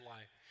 Life